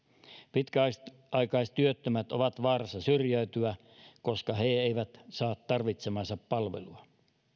pitkäaikaistyöttömät ovat vaarassa syrjäytyä koska he eivät saa tarvitsemaansa palvelua